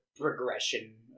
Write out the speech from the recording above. progression